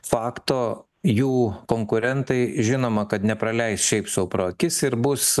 fakto jų konkurentai žinoma kad nepraleis šiaip sau pro akis ir bus